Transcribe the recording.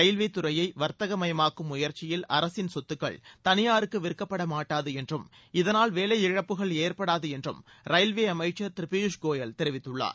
railway துறையை வர்த்தகமயமாக்கும் முயற்சியில் அரசின் சொத்துக்கள் தனியாருக்கு விற்கப்பட மாட்டாது என்றும் இதனால் வேலையிழப்புகள் ஏற்படாது என்றும் ரயில்வே அமைச்சர் திரு பியூஷ் கோயல் தெரிவித்துள்ளார்